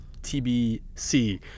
TBC